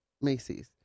Macy's